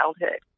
childhood